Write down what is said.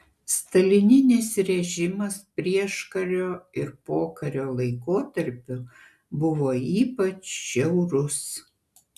stalininis režimas prieškario ir pokario laikotarpiu buvo ypač žiaurus